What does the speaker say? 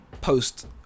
post